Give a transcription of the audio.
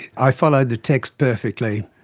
i followed the text perfectly.